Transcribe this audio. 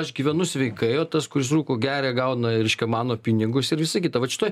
aš gyvenu sveikai o tas kuris rūko geria gauna reiškia mano pinigus ir visa kita vat šitoj